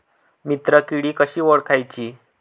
मित्र किडी कशी ओळखाची?